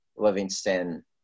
Livingston